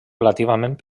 relativament